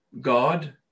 God